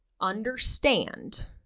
understand